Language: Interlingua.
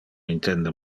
intende